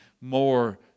more